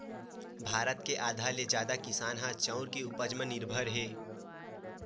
भारत के आधा ले जादा किसान ह चाँउर के उपज म निरभर हे